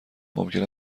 ممکن